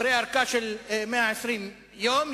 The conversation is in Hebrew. אחרי ארכה של 120 יום,